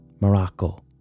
Morocco